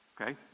Okay